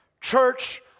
Church